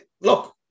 Look